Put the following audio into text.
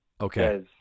Okay